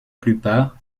plupart